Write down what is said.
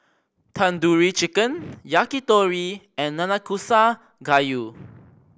Tandoori Chicken Yakitori and Nanakusa Gayu